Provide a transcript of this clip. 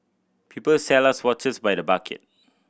people sell us watches by the bucket